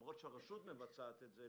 למרות שהרשות מבצעת את זה,